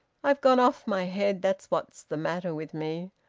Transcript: i've gone off my head, that's what's the matter with me!